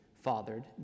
fathered